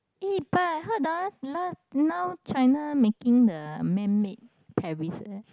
eh but I heard ah now China making the man made Paris eh